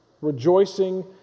rejoicing